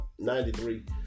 93